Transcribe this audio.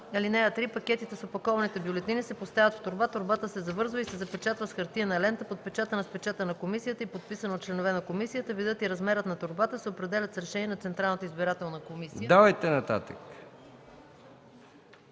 (3) Пакетите с опакованите бюлетини се поставят в торба. Торбата се завързва и се запечатва с хартиена лента, подпечатана с печата на комисията и подписана от членове на комисията. Видът и размерът на торбата се определят с решение на Централната избирателна комисия.” Искам да